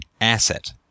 asset